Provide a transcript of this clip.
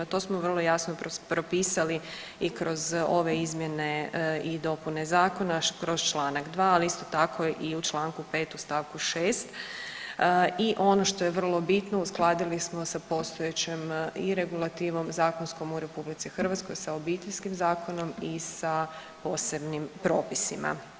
To smo vrlo jasno propisali i kroz ove izmjene i dopune Zakona kroz čl. 2, ali isto tako i u čl. 5 u st. 6 i ono što je vrlo bitno, uskladili smo sa postojećom i regulativom zakonskom u RH sa Obiteljskim zakonom i sa posebnim propisima.